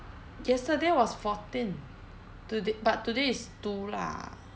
yesterday was fourteen today but today is two lah